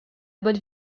bonne